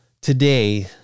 today